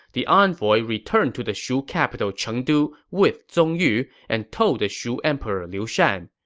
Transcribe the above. the envoy returned to the shu capital chengdu with zong yu and told the shu emperor liu shan,